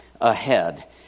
ahead